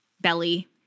belly